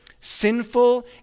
Sinful